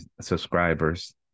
subscribers